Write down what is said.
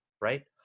right